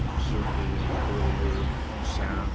certainly, earlier, poussin, um